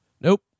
Nope